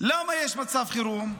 למה יש מצב חירום?